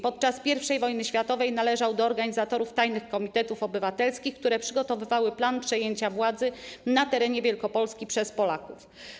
Podczas I wojny światowej należał do organizatorów tajnych komitetów obywatelskich, które przygotowywały plan przejęcia władzy na terenie Wielkopolski przez Polaków.